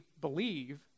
believe